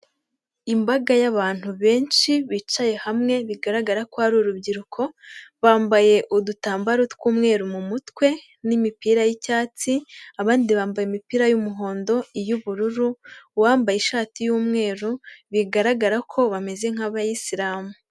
Imbaga y'abantu benshi bicaye hamwe, bigaragara ko ari urubyiruko, bambaye udutambaro tw'umweru mu mutwe n'imipira y'icyatsi, abandi bambaye imipira y'umuhondo, iy'ubururu, uwambaye ishati y'umweru, bigaragara ko bameze nk'abayisiramu.